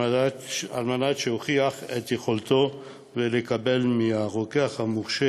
כדי להוכיח את יכולתם ולקבל מהרוקח המורשה